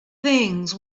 things